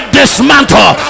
dismantle